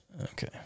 okay